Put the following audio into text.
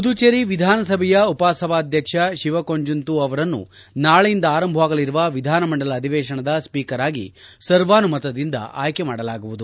ಪುದುಚೆರಿ ವಿಧಾನಸಭೆಯ ಉಪಸಭಾಧ್ವಕ್ಷ ಶಿವಕೊಜುಂತು ಅವರನ್ನು ನಾಳೆಯಿಂದ ಆರಂಭವಾಗಲಿರುವ ವಿಧಾನ ಮಂಡಲ ಅಧಿವೇಶನದ ಸ್ಪೀಕರ್ ಆಗಿ ಸರ್ವಾನುಮತದಿಂದ ಆಯ್ಕೆ ಮಾಡಲಾಗುವುದು